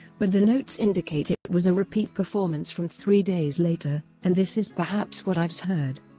but the notes indicate it was a repeat performance from three days later, and this is perhaps what ives heard.